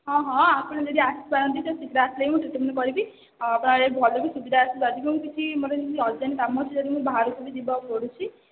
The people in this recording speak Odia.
ହଁ ହଁ ଆପଣ ଯଦି ଆସିପାରନ୍ତି ତ ଶୀଘ୍ର ଆସିଲେ ହିଁ ମୁଁ ଟ୍ରିଟମେଣ୍ଟ କରିବି ଆପଣ ଭଲ ବି ସୁବିଧା ଅଛି ଯଦି ବି ମୁଁ କିଛି ମୋତେ କିଛି ଅର୍ଜେଣ୍ଟ କାମ ଅଛି ଯଦି ମୁଁ ବାହାରକୁ ବି ଯିବାକୁ ପଡ଼ୁଛି